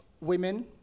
women